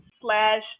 slash